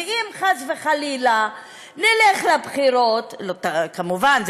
ואם חס וחלילה נלך לבחירות כמובן,